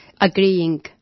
agreeing